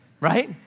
right